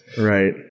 Right